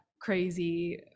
crazy